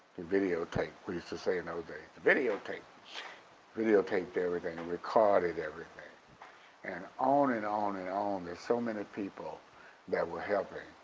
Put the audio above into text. we used to say in those days videotape videotaped everything and recorded everything and on and on and on. thereis so many people that were helping,